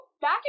back